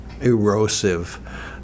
erosive